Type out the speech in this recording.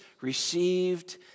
received